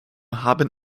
haben